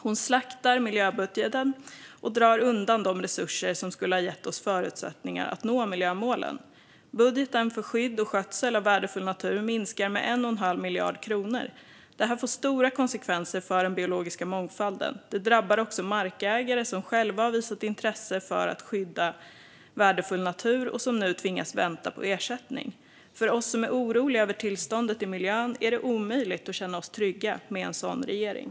Hon slaktar miljöbudgeten och drar undan de resurser som skulle ha gett oss förutsättningar att nå miljömålen. Budgeten för skydd och skötsel av värdefull natur minskar med 1 1⁄2 miljard kronor. Det här får stora konsekvenser för den biologiska mångfalden. Det drabbar också markägare som själva har visat intresse för att skydda värdefull natur och som nu tvingas vänta på ersättning. För oss som är oroliga över tillståndet i miljön är det omöjligt att känna sig trygg med en sådan regering.